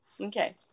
Okay